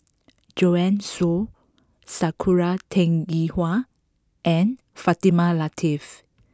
Joanne Soo Sakura Teng Ying Hua and Fatimah Lateef